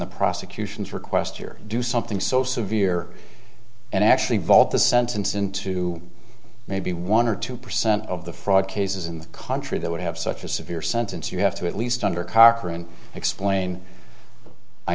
the prosecution's request here do something so severe and actually vault the sentence into maybe one or two percent of the fraud cases in the country that would have such a severe sentence you have to at least under cochran explain i